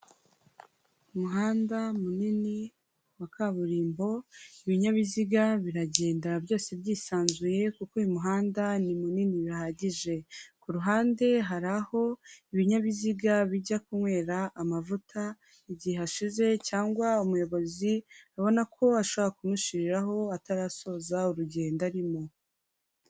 Umuhanda munini wa kaburimbo ibinyabiziga biragenda byose byisanzuye kuko uyu muhanda ni munini bihagije. Kuruhande hari aho ibinyabiziga bijya kunywera amavuta igihe hashize cyangwa umuyobozi abona ko ashobora kumushiriraho atarasoza urugendo arimo.